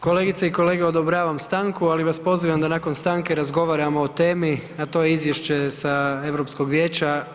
Kolegice i kolege, odobravam stanku, ali vas pozivam da nakon stanke razgovaramo o temi, a to je Izvješće sa Europskog vijeća.